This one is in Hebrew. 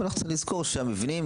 וצריך לזכור שהמבנים,